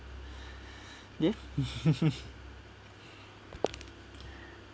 ya